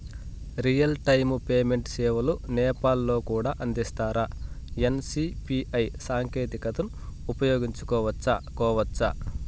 Real time payment సేవలు నేపాల్ లో కూడా అందిస్తారా? ఎన్.సి.పి.ఐ సాంకేతికతను ఉపయోగించుకోవచ్చా కోవచ్చా?